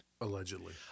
Allegedly